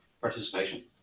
participation